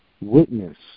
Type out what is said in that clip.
witness